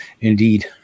Indeed